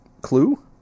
clue